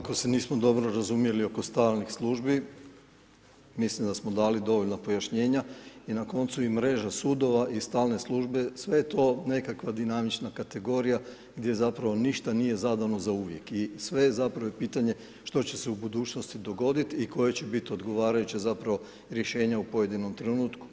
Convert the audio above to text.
Ako se nismo dobro razumjeli oko stalnih službi, mislim da smo dali dovoljno pojašnjenja i na koncu i mreža sudova i stalne službe sve je to nekakva dinamična kategorija gdje zapravo ništa nije zadano zauvijek i sve je pitanje što će se u budućnosti dogoditi i koje će biti odgovarajuće rješenje u pojedinom trenutku.